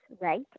right